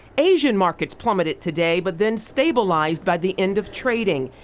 asian markets plummeted today, but then stabilized by the end of trading.